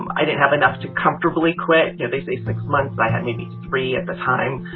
um i didn't have enough to comfortably quit you know, they say six months, i had maybe three at the time.